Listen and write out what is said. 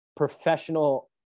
professional